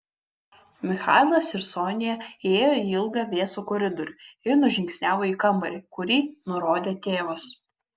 michailas ir sonia įėjo į ilgą vėsų koridorių ir nužingsniavo į kambarį kurį nurodė tėvas